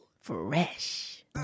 fresh